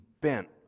bent